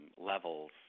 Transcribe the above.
levels